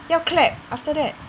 要 clap after that